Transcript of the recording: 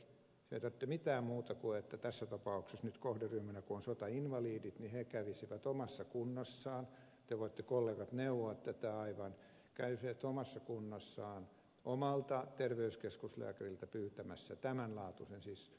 ei tarvitse mitään muuta kuin että tässä tapauksessa nyt kun kohderyhmänä on sotainvalidit he kävisivät omassa kunnassaan te voitte kollegat neuvoa tätä aivan kävisivät omassa kunnassaan omalta terveyskeskuslääkäriltä pyytämässä tämänlaatuisen siis henkilökohtaisen kuntoutussuunnitelman